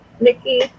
Nikki